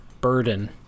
burden